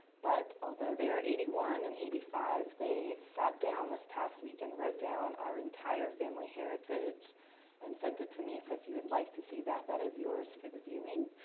but although they are eighty one and eighty five they sat down this past week and wrote down our entire family heritage and sent it to me. so if you would like to see that, that is yours for the viewing.